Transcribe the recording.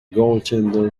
goaltender